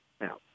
Now